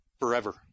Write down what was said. forever